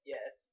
Yes